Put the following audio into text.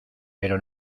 pero